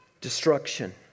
destruction